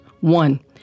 One